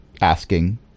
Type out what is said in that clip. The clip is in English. asking